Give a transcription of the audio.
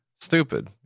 Stupid